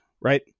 right